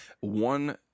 One